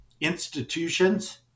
institutions